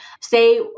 Say